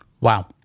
wow